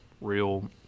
real